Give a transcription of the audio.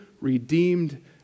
redeemed